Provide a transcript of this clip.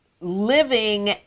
living